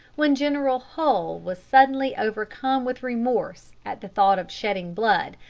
when general hull was suddenly overcome with remorse at the thought of shedding blood,